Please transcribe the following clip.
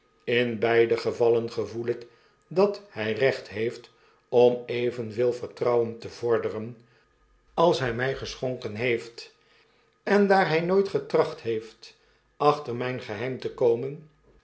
in beide gevallen gevoel ik dat hy recht heeft om evenveel vertrouwen te vorderen als hy my geschonken heeft en daar hy nooit getracht heeft achter myn geheifn te komen